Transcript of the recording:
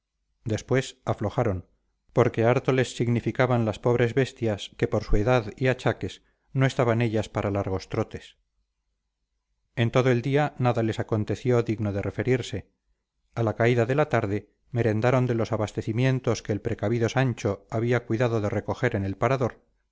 después aflojaron porque harto les significaban las pobres bestias que por su edad y achaques no estaban ellas para largos trotes en todo el día nada les aconteció digno de referirse a la caída de la tarde merendaron de los abastecimientos que el precavido sancho había cuidado de recoger en el parador